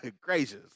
Gracious